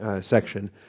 section